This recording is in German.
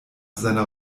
seiner